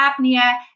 apnea